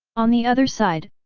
on the other side,